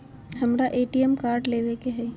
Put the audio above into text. हमारा ATM card लेव के हई